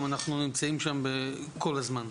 אנחנו גם נמצאים שם כל הזמן.